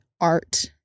art